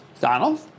Donald